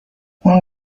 اون